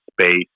space